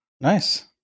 Nice